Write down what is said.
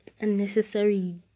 unnecessary